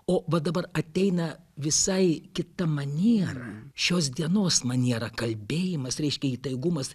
o va dabar ateina visai kita maniera šios dienos maniera kalbėjimas reiškia įtaigumas